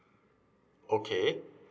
okay